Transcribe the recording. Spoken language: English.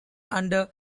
under